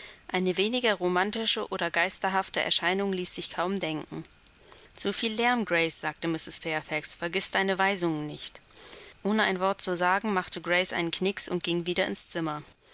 eine weniger romantische oder geisterhafte erscheinung ließ sich kaum denken zu viel lärm grace sagte mrs fairfax vergiß deine weisungen nicht ohne ein wort zu sagen machte grace einen knix und ging wieder ins zimmer